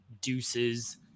deuces